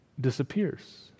disappears